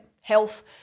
health